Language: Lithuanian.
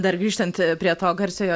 dar grįžtant prie to garsiojo